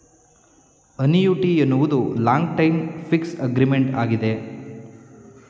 annuity ಎನ್ನುವುದು long time fix agreement ಆಗಿದೆ